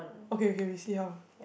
okay okay we see how